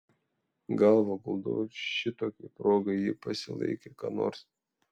galvą guldau šitokiai progai ji pasilaikė ką nors